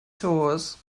tours